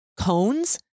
cones